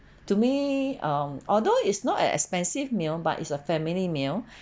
to me um although it's not an expensive meal but it's a family meal